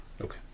Okay